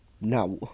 now